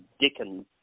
Dickens